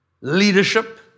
leadership